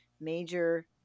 major